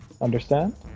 understand